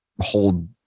hold